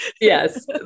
Yes